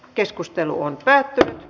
keskustelua ei syntynyt